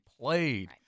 played